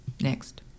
next